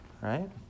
right